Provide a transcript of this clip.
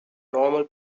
normal